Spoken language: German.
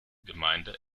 gemeinde